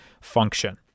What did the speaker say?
function